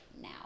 now